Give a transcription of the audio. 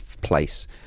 place